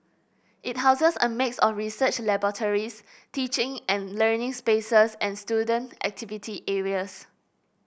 it houses a mix of research laboratories teaching and learning spaces and student activity areas